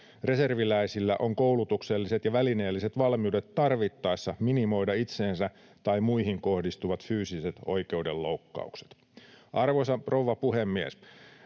reserviläisillä on koulutukselliset ja välineelliset valmiudet tarvittaessa minimoida itseensä tai muihin kohdistuvat fyysiset oikeudenloukkaukset. Arvoisa rouva puhemies!